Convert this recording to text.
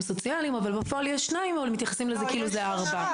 סוציאליים אבל בפועל יש שניים ומתייחסים לזה כאילו זה ארבעה.